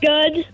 Good